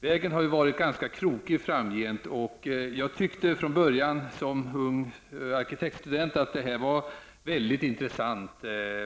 Vägen har varit ganska krokig. Jag tyckte från början, som ung arkitektstudent, att detta var mycket intressant.